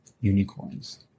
unicorns